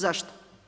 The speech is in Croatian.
Zašto?